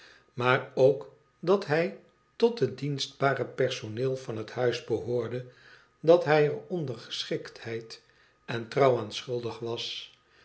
maar ook dat hij tot het dienstbare personeel van het huis behoorde dat hij er ondergeschiktheid en trouw aan schuldig was